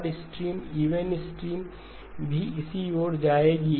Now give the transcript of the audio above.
odd stream even stream भी इसी ओर जाएगी